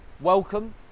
Welcome